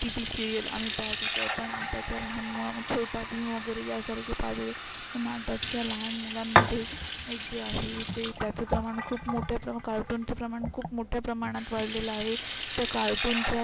T V serial आम्ही पाहत होतो पण आताच्या लहान मुलां छोटा भीम वगैरे यासारखे पाहत होतो पण आताच्या लहान मुलांमध्ये एक जे आहे ते त्याचं प्रमाण खूप मोठ्या प्रमा कार्टूनचं प्रमाण खूप मोठ्या प्रमाणात वाढलेलं आहे त्या कार्टूनच्या